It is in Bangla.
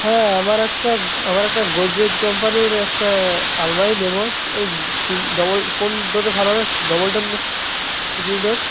হ্যাঁ আমার একটা আমার একটা গোদরেজ কম্পানির একটা আলমারি নেব এই সি ডবল কোন ডোরের ভালো হবে সি ডবল ডোর না সিঙ্গেল ডোর